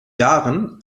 jahren